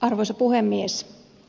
arvoisa puhemies